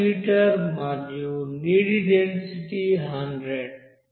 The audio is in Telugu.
0 లీటర్ మరియు నీటి డెన్సిటీ 1000